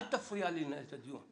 תפריע לי לנהל את הדיון.